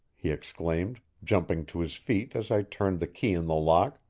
he exclaimed, jumping to his feet as i turned the key in the lock.